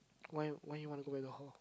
why why you wanna go back the hall